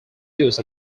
use